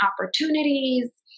opportunities